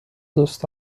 دوست